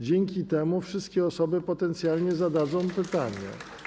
Dzięki temu wszystkie osoby potencjalnie zadadzą pytanie.